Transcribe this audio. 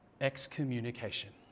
excommunication